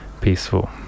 peaceful